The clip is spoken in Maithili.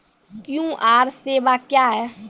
क्यू.आर सेवा क्या हैं?